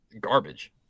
Garbage